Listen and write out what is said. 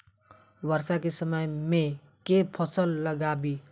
वर्षा केँ समय मे केँ फसल लगाबी?